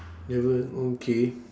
never okay